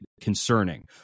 concerning